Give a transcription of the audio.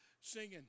singing